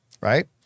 Right